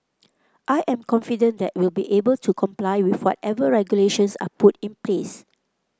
I am confident that we'll be able to comply with whatever regulations are put in place